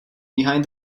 behind